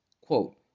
Quote